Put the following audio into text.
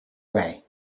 way